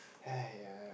aiyah